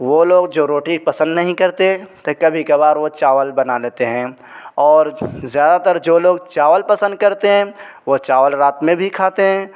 وہ لوگ جو روٹی پسند نہیں کرتے تو کبھی کبھار وہ چاول بنا لیتے ہیں اور زیادہ تر جو لوگ چاول پسند کرتے ہیں وہ چاول رات میں بھی کھاتے ہیں